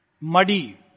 Muddy